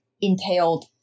entailed